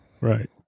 Right